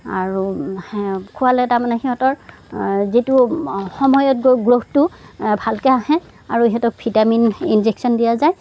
আৰু খুৱালে তাৰমানে সিহঁতৰ যিটো সময়ত গৈ গ্ৰ'থটো ভালকে আহে আৰু ইহঁতক ভিটামিন ইনজেকশ্য়ন দিয়া যায়